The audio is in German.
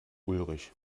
ulrich